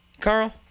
Carl